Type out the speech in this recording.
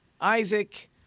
Isaac